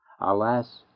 Alas